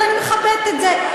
אבל אני מכבדת את זה.